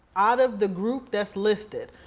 out of the group that's listed,